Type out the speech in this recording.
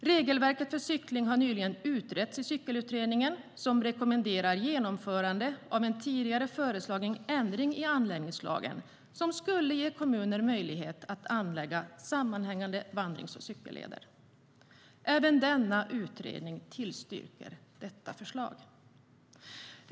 Regelverket för cykling har nyligen utretts i cyklingsutredningen , som rekommenderar genomförande av en tidigare föreslagen ändring i anläggningslagen som skulle ge kommuner möjlighet att anlägga sammanhängande vandrings och cykelleder." Även denna utredning tillstyrker detta förslag.